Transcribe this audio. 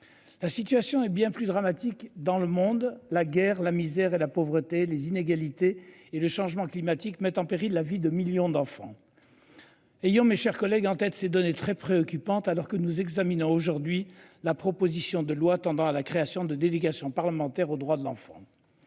La situation est bien plus dramatique dans le monde. La guerre, la misère et la pauvreté, les inégalités et le changement climatique mettent en péril la vie de millions d'enfants. Ayant mes chers collègues, en tête ces données très préoccupante alors que nous examinons aujourd'hui la proposition de loi tendant à la création de délégation parlementaire aux droits de l'enfant.